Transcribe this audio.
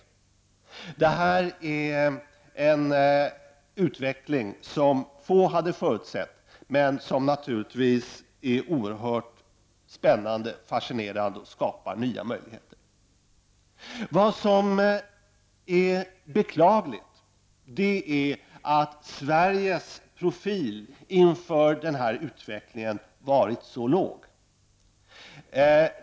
Det här är en utveckling som få har förutsett, men som naturligtvis är oerhört spännande och fascinerande och skapar nya möjligheter. Det beklagliga är att Sveriges profil inför den här utvecklingen har varit så låg.